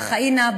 יא ח'אינה,